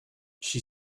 she